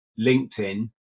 LinkedIn